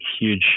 huge